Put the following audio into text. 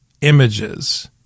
images